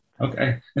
Okay